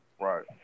Right